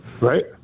right